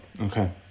Okay